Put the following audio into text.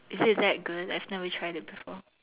is it that good I've never tried it before